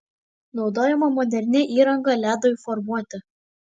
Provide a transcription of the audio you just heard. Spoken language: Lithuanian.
naudojama moderni įranga ledui formuoti